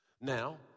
Now